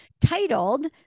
titled